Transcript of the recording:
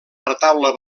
retaule